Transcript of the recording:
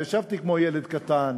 ישבתי כמו ילד קטן